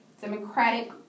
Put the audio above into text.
Democratic